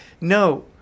No